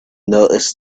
noticed